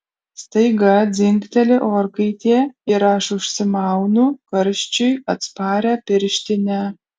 staiga dzingteli orkaitė ir aš užsimaunu karščiui atsparią pirštinę